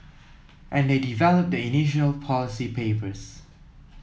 and they develop the initial policy papers